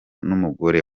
n’umugore